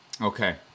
okay